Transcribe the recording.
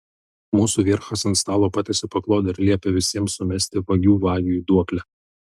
mūsų vierchas ant stalo patiesė paklodę ir liepė visiems sumesti vagių vagiui duoklę